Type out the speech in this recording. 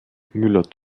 müller